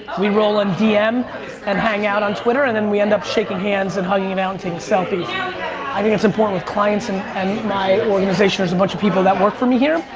we roll in dm and hang out on twitter and then we end up shaking hands and hugging it out and taking selfies. i think that's important with clients and and my organization. there's a bunch of people that work for me here.